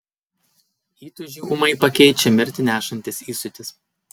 įtūžį ūmai pakeičia mirtį nešantis įsiūtis